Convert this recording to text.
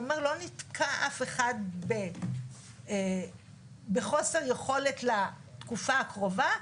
אומר שלא נתקע אף אחד בחוסר יכולת לתקופה הקרובה,